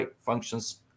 functions